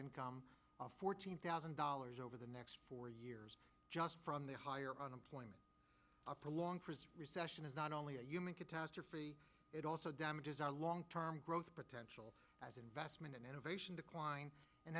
income of fourteen thousand dollars over the next four years just from the higher unemployment up to long for a recession is not only a human catastrophe it also damages our long term growth potential as investment and innovation decline